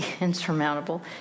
insurmountable